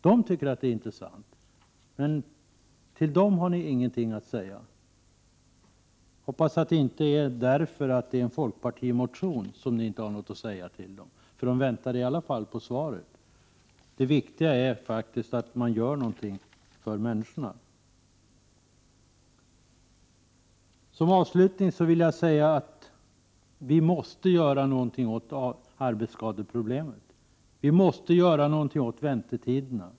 De tycker att detta är intressant, men till dem har ni ingenting att säga. Jag hoppas att det inte är därför att det är en folkpartimotion som ni inte har någonting att säga till dem, för de väntar i alla fall på svar. Det viktiga är faktiskt att man gör någonting för människorna. Som avslutning vill jag säga att vi måste göra någonting åt arbetsskadeproblemet, vi måste göra något åt väntetiderna.